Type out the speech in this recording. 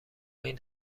این